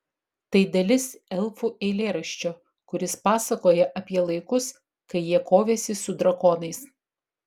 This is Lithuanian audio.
tai dalis elfų eilėraščio kuris pasakoja apie laikus kai jie kovėsi su drakonais